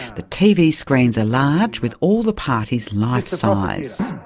the tv screens are large, with all the parties life-size.